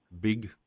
big